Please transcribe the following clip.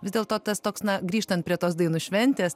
vis dėlto tas toks na grįžtant prie tos dainų šventės